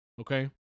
Okay